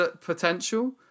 potential